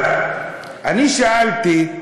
אבל אני שאלתי,